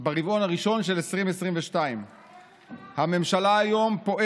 ברבעון הראשון של 2022. מה יהיה מוגמר?